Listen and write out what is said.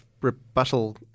rebuttal